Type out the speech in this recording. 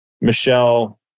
Michelle